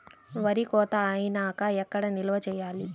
వరి కోత అయినాక ఎక్కడ నిల్వ చేయాలి?